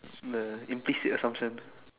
the implicit or some sense